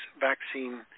vaccine